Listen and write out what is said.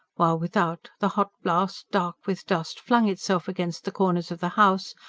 while, without, the hot blast, dark with dust, flung itself against the corners of the house,